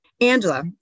Angela